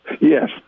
Yes